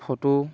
photo